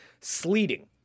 sleeting